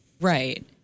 Right